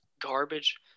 garbage